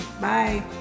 Bye